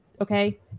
Okay